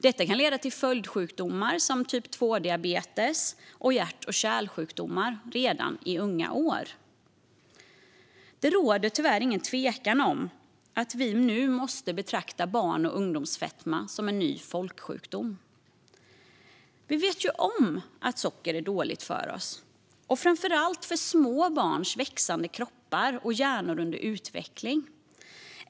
Detta kan leda till följdsjukdomar som diabetes typ 2 och hjärt och kärlsjukdomar redan i unga år. Det råder tyvärr inget tvivel om att vi nu måste betrakta barn och ungdomsfetma som en ny folksjukdom. Vi vet ju om att socker är dåligt för oss och framför allt för små barns växande kroppar och hjärnor under utveckling.